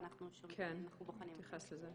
ואנחנו בוחנים את זה.